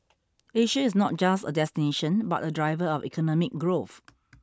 Asia is not just a destination but a driver of economic growth